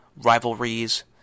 rivalries